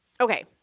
Okay